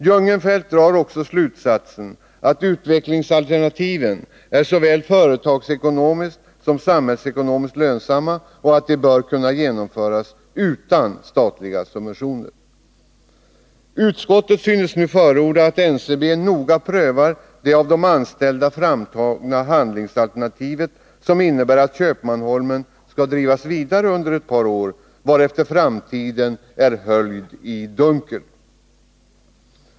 Jungenfelt drar också slutsatsen att utvecklingsalternativen är såväl företagsekonomiskt som samhällsekonomiskt lönsamma och att de bör kunna genomföras utan statliga subventioner. Utskottet synes förorda att NCB noga prövar det av de anställda framtagna handlingsalternativet som innebär att Köpmanholmen skall drivas vidare under ett par år — varefter framtiden är höljd i dunkel.